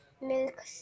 milk